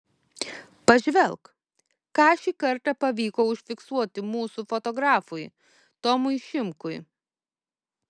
pažvelk ką šį kartą pavyko užfiksuoti mūsų fotografui tomui šimkui